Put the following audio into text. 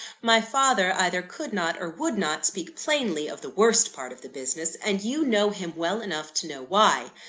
my father either could not or would not speak plainly of the worst part of the business and you know him well enough to know why.